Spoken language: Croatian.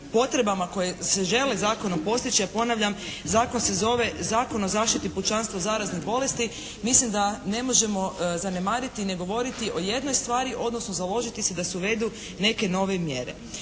potrebama koje se žele zakonom postići a ponavljam zakon se zove Zakon o zaštiti pučanstva od zaraznih bolesti, mislim da ne možemo zanemariti i ne govoriti o jednoj stvari odnosno založiti se da se uvedu neke nove mjere.